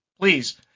Please